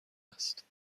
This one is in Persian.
است